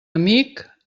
amic